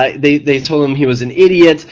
ah they they told him he was an idiot,